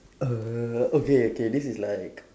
err okay okay this is like